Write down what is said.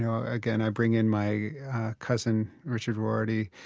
you know again, i bring in my cousin, richard rorty,